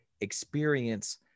experience